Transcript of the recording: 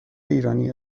ایرانی